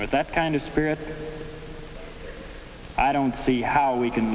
with that kind of spirit i don't see how we can